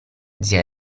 zia